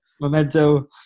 memento